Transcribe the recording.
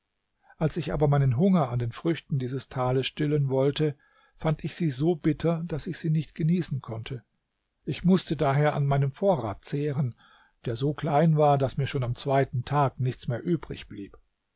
als ich aber meinen hunger an den früchten dieses tales stillen wollte fand ich sie so bitter daß ich sie nicht genießen konnte ich mußte daher an meinem vorrat zehren der so klein war daß mir schon am zweiten tag nichts mehr übrig blieb